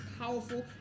powerful